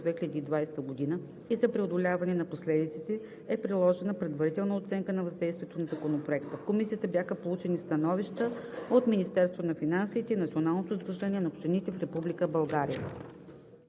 2020 г., и за преодоляване на последиците е приложена Предварителна оценка на въздействието на Законопроекта. В Комисията бяха получени становищата от Министерството на финансите и Националното сдружение на общините в Република България.